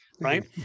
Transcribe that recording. right